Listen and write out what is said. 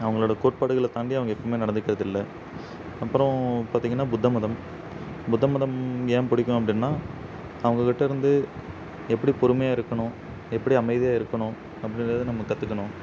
அவங்களோட கோட்பாடுகளை தாண்டி அவங்க எப்புவுமே நடந்துகிட்டதில்லை அப்புறம் பார்த்திங்கன்னா புத்த மதம் புத்த மதம் ஏன் பிடிக்கும் அப்படின்னா அவங்கக்கிட்டருந்து எப்படி பொறுமையாக இருக்கணும் எப்படி அமைதியாக இருக்கணும் அப்படின்றது நம்ம கற்றுக்கணும்